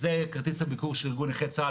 זה כרטיס הביקור של ארגון נכי צה"ל,